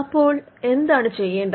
അപ്പോൾ എന്താണ് ചെയ്യേണ്ടത്